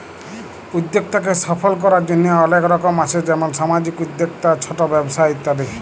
উদ্যক্তাকে সফল করার জন্হে অলেক রকম আছ যেমন সামাজিক উদ্যক্তা, ছট ব্যবসা ইত্যাদি